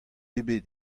ebet